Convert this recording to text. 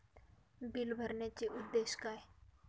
Bill भरण्याचे उद्देश काय?